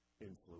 influence